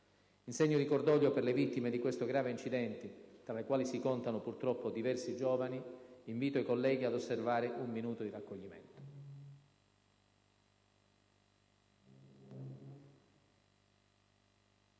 In segno di cordoglio per le vittime di questo grave incidente, fra le quali si contano purtroppo diversi giovani, invito i colleghi ad osservare un minuto di raccoglimento.